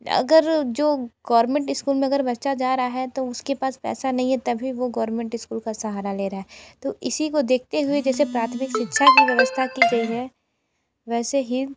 अगर जो government school में अगर बच्चा जा रहा है तो उसके पास पैसा नहीं है तभी वो गोवरमेंट स्कूल का सहारा ले रहा है तो इसी को देखते हुए जैसे प्राथमिक शिक्षा की व्यवस्था की गई है वैसे ही